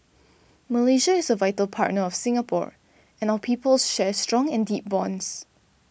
Malaysia is a vital partner of Singapore and our peoples share strong and deep bonds